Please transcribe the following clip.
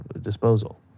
disposal